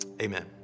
amen